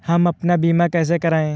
हम अपना बीमा कैसे कराए?